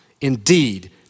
indeed